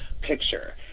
picture